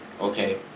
Okay